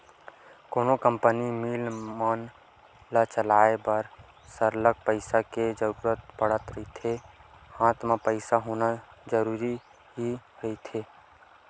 कोनो भी company, mill मन ल चलाय बर सरलग पइसा के जरुरत पड़त रहिथे हात म पइसा होना जरुरी ही रहिथे